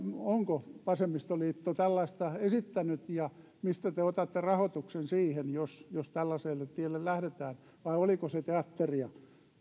onko vasemmistoliitto tällaista esittänyt ja mistä te otatte rahoituksen siihen jos jos tällaiselle tielle lähdetään vai oliko se teatteria